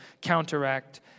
counteract